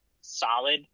solid